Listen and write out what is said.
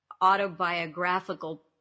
autobiographical